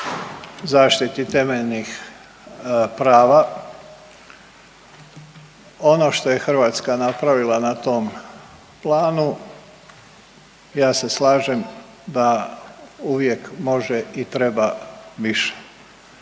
zaštiti temeljnih prava ono što je Hrvatska napravila na tom planu ja se slažem da uvijek može i treba više,